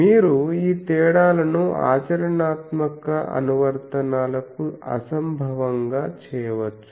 మీరు ఈ తేడాలను ఆచరణాత్మక అనువర్తనాలకు అసంభవంగా చేయవచ్చు